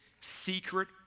Secret